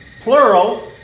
plural